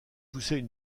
poussaient